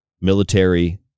military